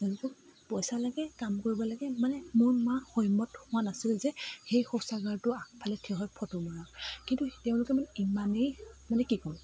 তেওঁলোকক পইচা লাগে কাম কৰিব লাগে মানে মোৰ মা সৈমত হোৱা নাছিল যে সেই শৌচাগাৰটোৰ আগফালে থিয় হৈ ফটো মৰাৰ কিন্তু তেওঁলোকে মানে ইমানেই মানে কি ক'ম